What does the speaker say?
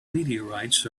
meteorites